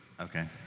Okay